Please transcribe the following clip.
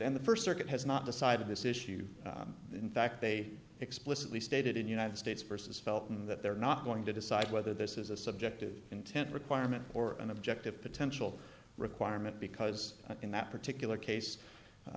and the first circuit has not decided this issue in fact they explicitly stated in united states versus felton that they're not going to decide whether this is a subjective intent requirement or an objective potential requirement because in that particular case